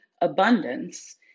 abundance